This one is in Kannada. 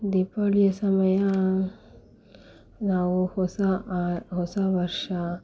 ದೀಪಾವಳಿಯ ಸಮಯ ನಾವು ಹೊಸ ಹೊಸ ವರ್ಷ